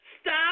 stop